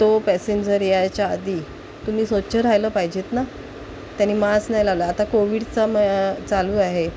तो पॅसेंजर यायच्या आधी तुम्ही स्वच्छ राहिलं पाहिजेत ना त्याने मास्क नाही लावला आता कोविडचा म चालू आहे